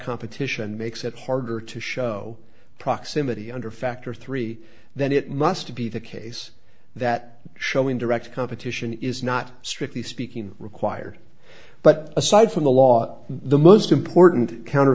competition makes it harder to show proximity under factor three then it must be the case that showing direct competition is not strictly speaking required but aside from the law the most important